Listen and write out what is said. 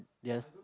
yes